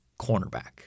cornerback